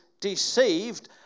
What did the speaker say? deceived